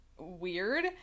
weird